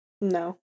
no